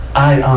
i, um,